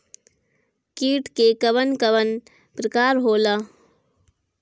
कीट के कवन कवन प्रकार होला?